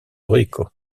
rico